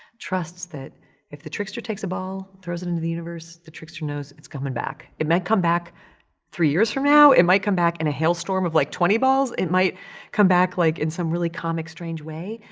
trusts that if the trickster takes the ball, throws it into the universe, the trickster knows it's coming back. it might come back three years from now, it might come back in a hailstorm of, like, twenty balls, it might come back, like, in some really comic, strange way,